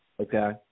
Okay